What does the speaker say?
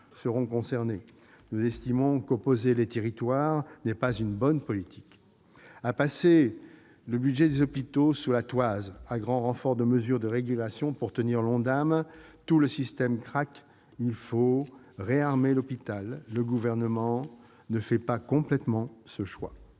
Nous estimons qu'opposer les territoires n'est pas une bonne politique. À passer le budget des hôpitaux sous la toise, à grand renfort de mesures de régulation censées nous permettre de tenir l'Ondam, tout le système craque. Il faut réarmer l'hôpital ! Le Gouvernement ne fait pas complètement ce choix.